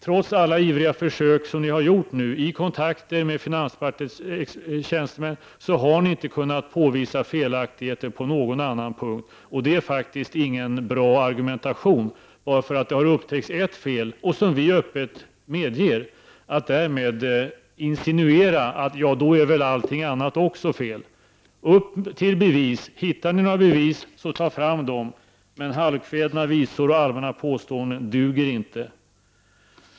Trots alla ivriga försök som ni nu har gjort, i kontakter med finansdepartementets tjänstemän, har ni inte kunnat påvisa felaktigheter på någon annan punkt. Och det är faktiskt ingen bra argumentation att bara för att det har upptäckts eft fel — som vi öppet medger — insinuera att ”då är väl allt annat också fel”. Upp till bevis! Hittar ni några bevis, ta då fram dem! Men halvkvädna visor och allmänna påståenden duger inte.